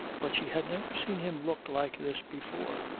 but she had never seen him look like this before,